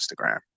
Instagram